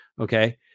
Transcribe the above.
Okay